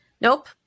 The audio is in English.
Nope